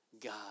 God